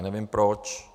Nevím proč.